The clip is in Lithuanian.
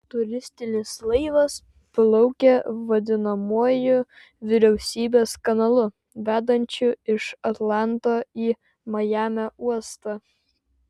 turistinis laivas plaukė vadinamuoju vyriausybės kanalu vedančiu iš atlanto į majamio uostą